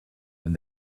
when